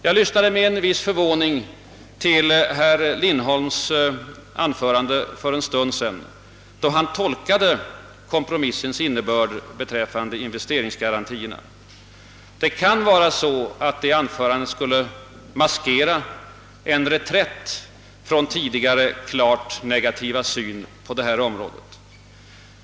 Jag lyssnade med en viss förvåning till herr Lindholms anförande för en stund sedan, då han tolkade kompromissens innebörd beträffande investeringsgarantierna. Det kan tänkas att anförandet avsåg att maskera en reträtt från en tidigare klart negativ syn på detta område.